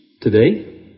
today